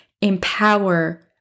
empower